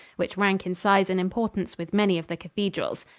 which rank in size and importance with many of the cathedrals.